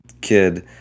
kid